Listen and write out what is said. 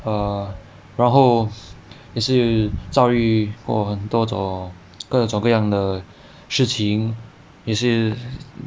err 然后也是遭遇我很多种各种各样的事情也是